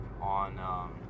on